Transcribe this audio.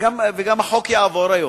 וגם החוק יעבור היום.